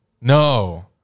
No